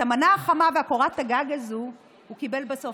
את המנה החמה ואת קורת הגג האלה הוא קיבל בסוף,